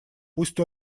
пусть